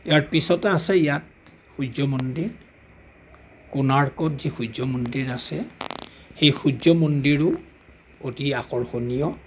ইয়াৰ পিছতে আছে ইয়াত সূৰ্য্য মন্দিৰ কোনাৰ্কত যি সূৰ্য্য মন্দিৰ আছে সেই সূৰ্য্য মন্দিৰো অতি আকৰ্ষণীয়